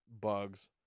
bugs